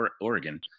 Oregon